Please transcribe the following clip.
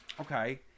Okay